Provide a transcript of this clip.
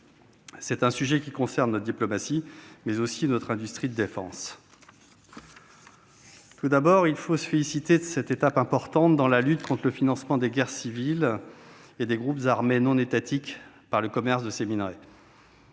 C'est un sujet qui concerne notre diplomatie, mais aussi notre industrie de défense. Tout d'abord, il faut se féliciter de cette étape importante dans la lutte contre le financement des guerres civiles et des groupes armés non étatiques par le commerce de ces minerais.